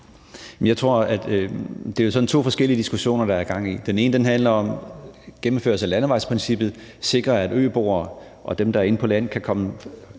Det er jo sådan to forskellige diskussioner, der er gang i. Den ene handler om gennemførelse af landevejsprincippet; at sikre, at øboere og dem, der er inde på land, kan komme